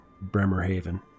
Bremerhaven